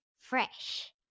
Fresh